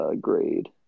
grade